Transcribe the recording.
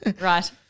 Right